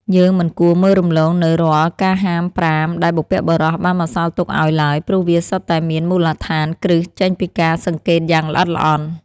យើងមិនគួរមើលរំលងនូវរាល់ការហាមប្រាមដែលបុព្វបុរសបានបន្សល់ទុកឱ្យឡើយ ព្រោះវាសុទ្ធតែមានមូលដ្ឋានគ្រឹះចេញពីការសង្កេតយ៉ាងល្អិតល្អន់។